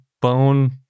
bone